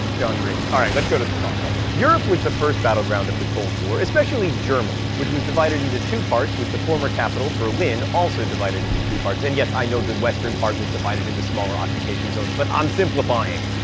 john green all right, let's go to the thought bubble. europe was the first battleground of the cold war, especially germany, which was divided into two parts with the former capital, berlin, also divided into two parts. and yes, i know the western part was divided into smaller occupation zones, but i'm simplifying.